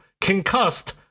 concussed